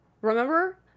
remember